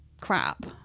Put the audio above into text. crap